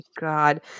God